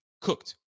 cooked